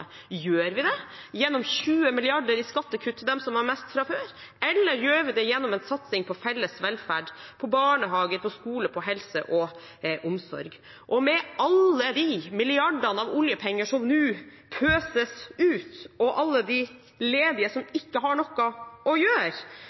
gjennom 20 mrd. kr i skattekutt til dem som har mest fra før, eller gjør vi det gjennom en satsing på felles velferd, på barnehage, på skole, på helse og omsorg? Med alle de milliardene av oljekroner som nå pøses ut, og alle de ledige som ikke har noe å gjøre,